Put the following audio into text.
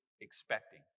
expecting